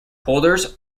holders